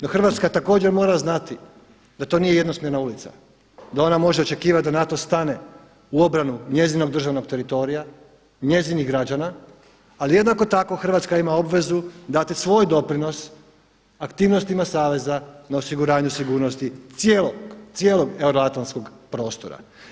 No Hrvatska također mora znati da to nije jednosmjerna ulica, da ona može očekivati da NATO stane u obranu njezinog državnog teritorija, njezinih građana ali jednako tako Hrvatska imam obavezu dati svoj doprinos aktivnostima saveza na osiguranju sigurnosti cijelog euroatlantskog prostora.